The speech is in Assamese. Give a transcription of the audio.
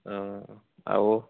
অঁ আৰু